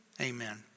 amen